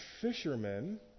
fishermen